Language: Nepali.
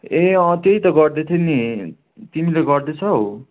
ए अँ त्यही त गर्दै थिएँ नि तिमीले गर्दैछौ